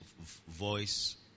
voice